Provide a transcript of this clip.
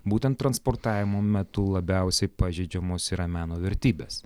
būtent transportavimo metu labiausiai pažeidžiamos yra meno vertybės